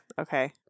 Okay